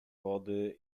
wody